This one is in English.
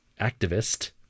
activist